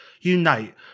unite